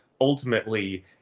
ultimately